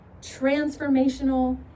transformational